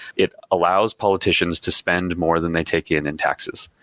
it allows politicians to spend more than they take in in taxes,